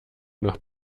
nach